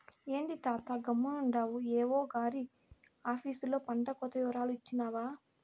ఏంది తాతా గమ్మునుండావు ఏవో గారి ఆపీసులో పంటకోత ఇవరాలు ఇచ్చినావా